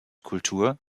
kultur